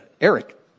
Eric